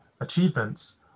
achievements